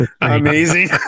Amazing